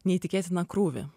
neįtikėtiną krūvį